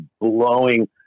blowing